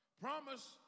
promise